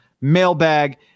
mailbag